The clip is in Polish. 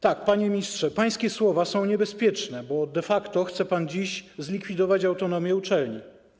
Tak, panie ministrze, pańskie słowa są niebezpieczne, bo de facto chce pan dziś zlikwidować autonomię uczelni.